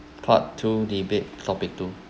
part two debate topic two